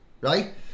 Right